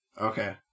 Okay